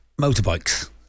motorbikes